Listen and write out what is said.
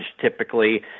typically